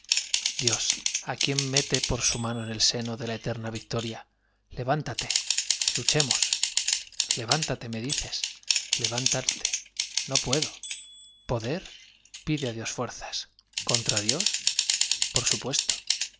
dios á quien vence mete por su mano en el seno de la eterna victoria levántate luchemos levántate me dices levántate no puedo poder pide á dios fuerzas contra dios por supuesto